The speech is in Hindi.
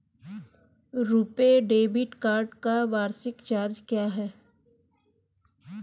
रुपे डेबिट कार्ड का वार्षिक चार्ज क्या है?